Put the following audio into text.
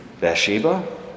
Bathsheba